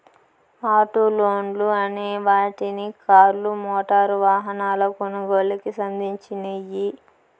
auto లోన్లు అనే వాటిని కార్లు, మోటారు వాహనాల కొనుగోలుకి సంధించినియ్యి